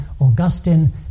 Augustine